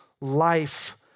life